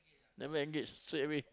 never engage straight away